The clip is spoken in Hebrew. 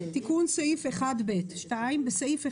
"תיקון סעיף 1ב בסעיף 1ב(ט)